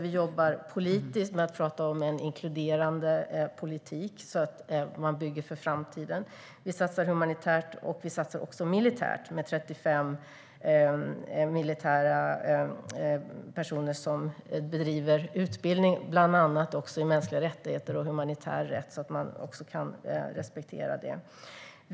Vi jobbar politiskt genom att tala om en inkluderande politik för att bygga för framtiden. Vi satsar humanitärt och militärt med 35 militärer som bedriver utbildning bland annat i mänskliga rättigheter och i humanitär rätt.